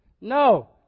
No